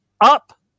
up